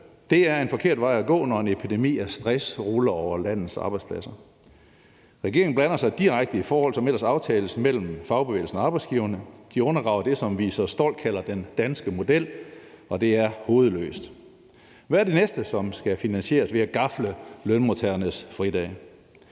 Det er en forkert vej at gå, når en epidemi af stress ruller hen over landets arbejdspladser. Regeringen blander sig direkte i forhold, som ellers aftales mellem fagbevægelsen og arbejdsgiverne. Det undergraver det, som vi så stolt kalder den danske model, og det er hovedløst. Hvad er det næste, der skal finansieres ved at gafle lønmodtagernes fridage?